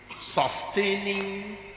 sustaining